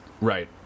Right